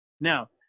now